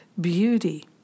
beauty